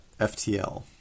FTL